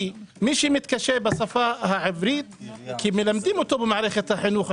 כי מי שמתקשה בשפה העברית כי מלמדים אותו במערכת החינוך עברית.